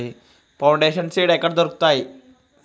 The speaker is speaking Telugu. ఫౌండేషన్ సీడ్స్ ఎక్కడ దొరుకుతాయి?